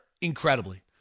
incredibly